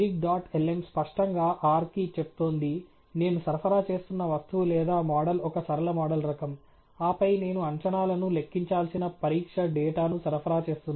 lm స్పష్టంగా R కి చెప్తోంది నేను సరఫరా చేస్తున్న వస్తువు లేదా మోడల్ ఒక సరళ మోడల్ రకం ఆపై నేను అంచనాలను లెక్కించాల్సిన పరీక్ష డేటాను సరఫరా చేస్తున్నాను